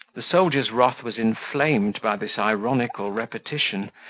the soldier's wrath was inflamed by this ironical repetition,